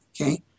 Okay